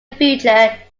future